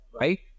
right